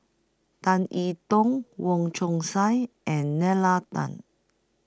Tan I Tong Wong Chong Sai and Nalla Tan